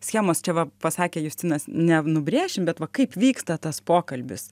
schemos čia va pasakė justinas nenubrėšim bet va kaip vyksta tas pokalbis